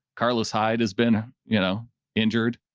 carlos hyde has been, you know injured.